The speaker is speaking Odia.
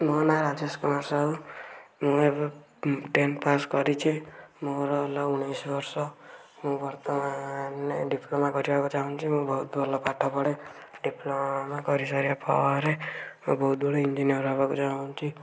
ମୋ ନାଁ ରାଜେଶ କୁମାର ସାହୁ ମୁଁ ଏବେ ଟେନ୍ ପାସ୍ କରିଛି ମୋର ହେଲା ଉଣେଇଶି ବର୍ଷ ମୁଁ ବର୍ତ୍ତମାନ ଡିପ୍ଲୋମା କରିବା ଚାହୁଁଛି ମୁଁ ବହୁତ ଭଲ ପାଠ ପଢ଼େ ଡିପ୍ଲୋମା କରିସାରିଲା ପରେ ମୁଁ ବହୁତ ବଡ଼ ଇଞ୍ଜିନିୟର ହେବାପାଇଁ ଚାହୁଁଛି